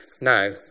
Now